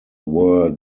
were